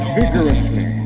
vigorously